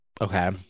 Okay